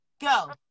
Go